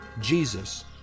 Jesus